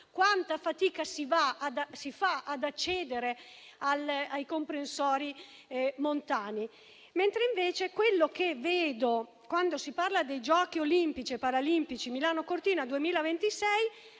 quanta fatica si fa ad accedere ai comprensori montani. Invece, quello che vedo quando si parla dei Giochi olimpici e paralimpici Milano Cortina 2026